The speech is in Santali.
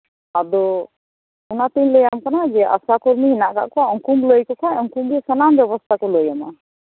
ᱟᱫᱚ ᱚᱱᱟᱛᱤᱧ ᱞᱟᱹᱭᱟᱢ ᱠᱟᱱᱟ ᱡᱮ ᱟᱥᱟ ᱠᱩᱨᱢᱤ ᱦᱮᱱᱟᱜ ᱟᱠᱟᱜ ᱠᱚᱣᱟ ᱩᱱᱠᱩᱢ ᱞᱟᱹᱭᱟᱠ ᱠᱷᱟᱱ ᱩᱱᱠᱩ ᱜᱮ ᱥᱟᱱᱟᱢ ᱵᱮᱵᱚᱥᱛᱟ ᱠᱚ ᱞᱟᱹᱭᱟᱢᱟ